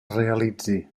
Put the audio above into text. realitzi